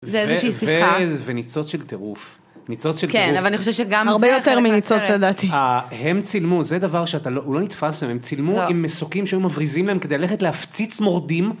זה איזושהי שיחה, וניצוץ של טירוף, ניצוץ של טירוף, כן, אבל אני חושבת שגם זה... הרבה יותר מניצוץ לדעתי. הם צילמו, זה דבר שהוא לא נתפס, הם צילמו עם מסוקים שהיו מבריזים להם כדי ללכת להפציץ מורדים,